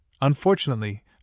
unfortunately